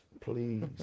Please